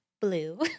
blue